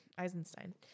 Eisenstein